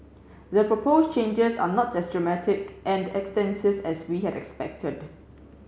the proposed changes are not as dramatic and extensive as we had expected